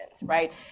right